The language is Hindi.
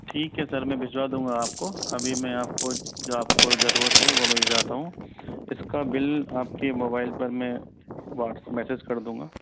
ठीक है सर मैं भिजवा दूँगा आपको अभी में आपको जो आपको जरूरत है वो भिजवाता हूँ इसका बिल आपके मोबाईल पर में व्हाट्सअप मैसेज कर दूँगा